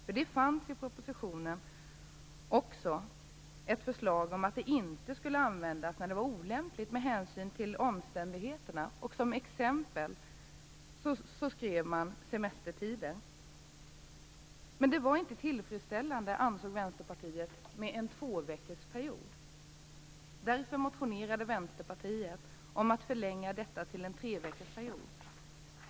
Det fanns nämligen i propositionen även ett förslag om att det inte skulle användas när det var olämpligt med hänsyn till omständigheterna, och som exempel skrev man semestertider. Men det var inte tillfredsställande, ansåg Vänsterpartiet, med en tvåveckorsperiod. Därför motionerade Vänsterpartiet om att förlänga denna till en treveckorsperiod.